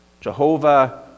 Jehovah